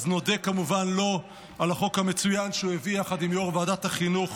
נודה כמובן לו על החוק המצוין שהוא הביא יחד עם יו"ר ועדת החינוך